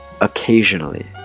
Occasionally